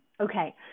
Okay